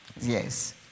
Yes